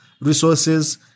resources